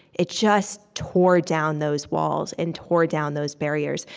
it just tore down those walls and tore down those barriers.